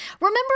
Remember